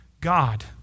God